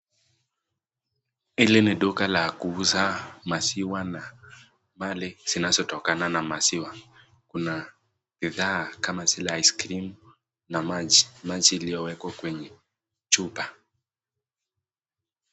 Hili ni duka la kuuza maziwa na mali zinazotokana na maziwa. Kuna bidhaa kama zile icecream na maji ,maji iliyowekwa kwenye chupa.